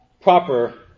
proper